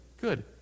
Good